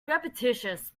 repetitious